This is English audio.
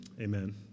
amen